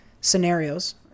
scenarios